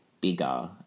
bigger